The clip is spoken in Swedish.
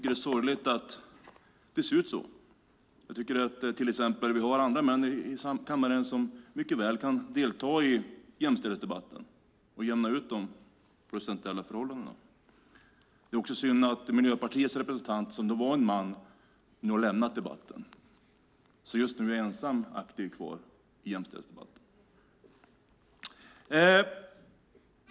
Jag tycker att det är sorgligt att det ser ut så. Vi har andra män i kammaren som mycket väl kan delta i jämställdhetsdebatten och jämna ut det procentuella förhållandet. Det är också synd att Miljöpartiets representant som var en man nu har lämnat debatten. Just nu är jag ensam aktiv kvar i jämställdhetsdebatten.